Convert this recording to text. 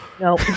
No